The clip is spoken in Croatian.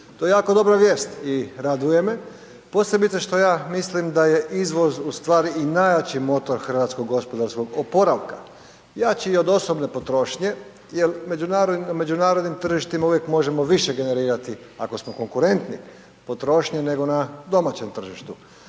To je jako dobra vijest i raduje me, posebice što ja mislim da je izvoz u stvari i najjači motor hrvatskog gospodarskog oporavka, jači i od osobne potrošnje jer međunarodnim tržištima uvijek možemo više generirati ako smo konkurentni potrošnje nego na domaćem tržištu.